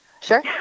Sure